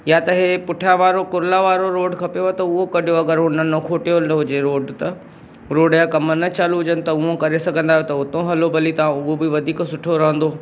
या त हीअ पुठियां वारो कुरला वारो रोड खपेव त उहो कढो अगरि हू न खोटियल हुजे रोड त रोड जा कम न चालू हुजनि त हूअं करे सघंदा आहियो त उंतां हलो भली तव्हां उहो बि वधीक सुठो रहंदो